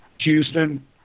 Houston